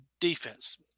defense